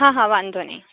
હા હા વાંધોનઈ